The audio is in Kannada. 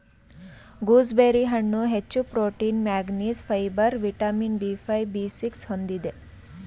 ಗೂಸ್ಬೆರಿ ಹಣ್ಣು ಹೆಚ್ಚು protein manganese, fibre vitamin B five, B six ಹೊಂದಿದೆ